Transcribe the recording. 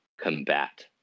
combat